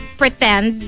pretend